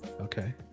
Okay